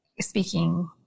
speaking